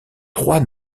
trois